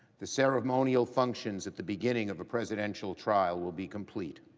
the ceremonial functions at the beginning of a presidential trial will be complete.